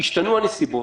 השתנו הנסיבות